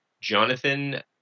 Jonathan